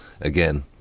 again